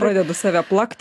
pradedu save plakti